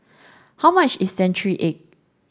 how much is century egg